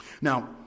Now